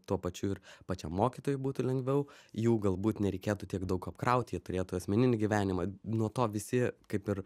tuo pačiu ir pačiam mokytojui būtų lengviau jų galbūt nereikėtų tiek daug apkraut jie turėtų asmeninį gyvenimą nuo to visi kaip ir